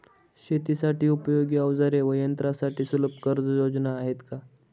शेतीसाठी उपयोगी औजारे व यंत्रासाठी सुलभ कर्जयोजना आहेत का?